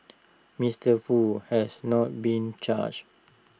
Mister Foo has not been charged